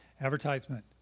Advertisement